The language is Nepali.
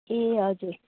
ए हजुर